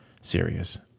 serious